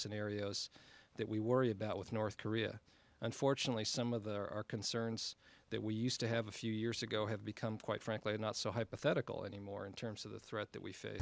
scenarios that we worry about with north korea unfortunately some of there are concerns that we used to have a few years ago have become quite frankly not so hypothetical anymore in terms of the threat that we